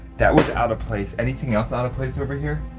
that was out of place. anything else out of place over here?